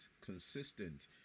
consistent